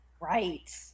right